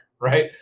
right